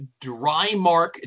Drymark